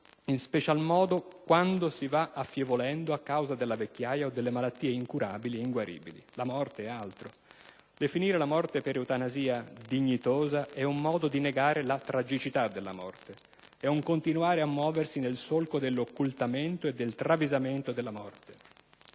in special modo quando si va affievolendo a causa della vecchiaia o delle malattie incurabili e inguaribili. La morte è altro. Definire la morte per eutanasia "dignitosa" è un modo di negare la tragicità del morire. È un continuare a muoversi nel solco dell'occultamento o del travisamento della morte